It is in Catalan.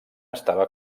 estava